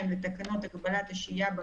אדוני היושב-ראש,